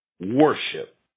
worship